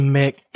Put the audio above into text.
make